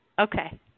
Okay